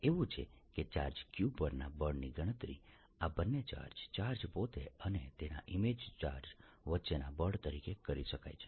એવું છે કે ચાર્જ q પરના બળની ગણતરી આ બંને ચાર્જ ચાર્જ પોતે અને તેના ઇમેજ ચાર્જ વચ્ચેના બળ તરીકે કરી શકાય છે